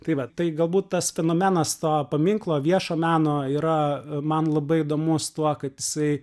tai vat tai galbūt tas fenomenas to paminklo viešo meno yra man labai įdomus tuo kad jisai